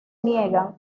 niegan